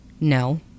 no